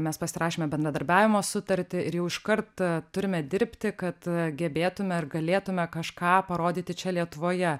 mes pasirašėme bendradarbiavimo sutartį ir jau iškart turime dirbti kad gebėtume ar galėtume kažką parodyti čia lietuvoje